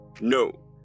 No